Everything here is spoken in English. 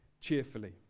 cheerfully